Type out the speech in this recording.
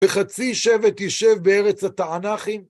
וחצי שבט יישב בארץ התענכים.